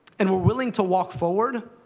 and we're willing to walk forward,